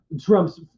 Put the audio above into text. Trump's